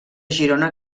girona